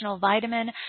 vitamin